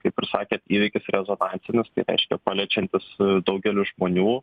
kaip ir sakėt įvykis rezonansinis tai reiškia paliečiantis daugelių žmonių